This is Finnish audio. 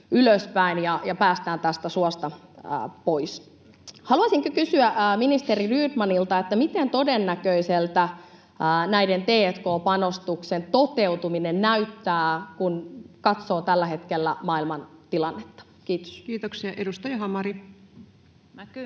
ja päästään tästä suosta pois. Haluaisinkin kysyä ministeri Rydmanilta: miten todennäköiseltä näiden t&k-panostusten toteutuminen näyttää, kun katsoo tällä hetkellä maailman tilannetta? — Kiitos. Kiitoksia. — Edustaja Hamari.